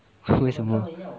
为什么